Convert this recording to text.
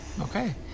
Okay